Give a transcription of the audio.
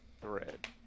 thread